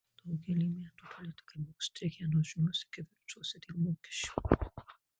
daugelį metų politikai buvo užstrigę nuožmiuose kivirčuose dėl mokesčių